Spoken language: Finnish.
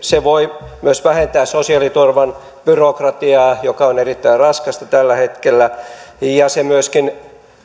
se voi myös esimerkiksi vähentää sosiaaliturvan byrokratiaa joka on erittäin raskasta tällä hetkellä ja